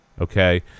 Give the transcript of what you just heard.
okay